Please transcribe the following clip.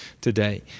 today